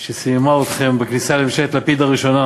שסיממה אתכם בכניסה לממשלת לפיד הראשונה,